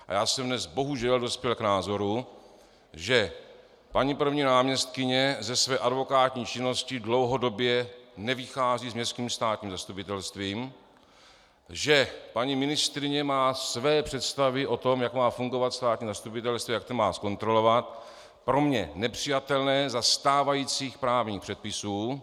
A já jsem dnes jsem bohužel dospěl k názoru, že paní první náměstkyně ze své advokátní činnosti dlouhodobě nevychází s městským státním zastupitelstvím, že paní ministryně má své představy o tom, jak má fungovat státní zastupitelství, jak to má kontrolovat, pro mě nepřijatelné za stávajících právních předpisů.